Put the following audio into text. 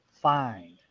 find